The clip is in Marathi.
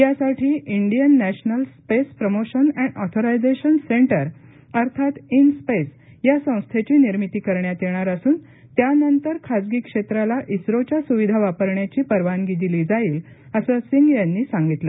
यासाठी Indian national space promotion and authorisation centre अर्थात इन स्पेस या संस्थेची निर्मिती करण्यात येणार असून त्यानंतर खाजगी क्षेत्राला इस्रोच्या सुविधा वापरण्याची परवानगी दिली जाईल असं सिंग यांनी सांगितलं